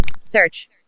Search